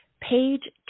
Page